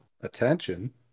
attention